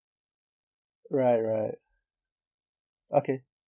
right right okay